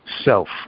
Self